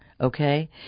Okay